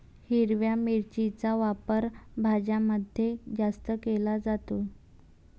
हिरव्या मिरचीचा वापर भाज्यांमध्ये जास्त केला जातो